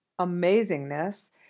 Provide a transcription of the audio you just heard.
amazingness